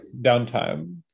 downtime